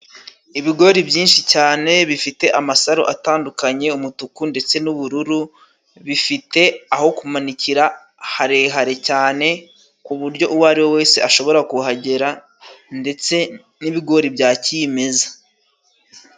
Ibigori byinshi cyane bifite amasaro atandukanye, umutuku ndetse n'ubururu bifite aho kumanikira harehare cyane, ku buryo uwo ariwe wese ashobora kuhagera, ndetse n'ibigori bya kimeza.